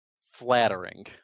flattering